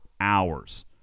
hours